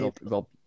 Rob